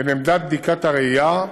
בין עמדת בדיקת הראייה,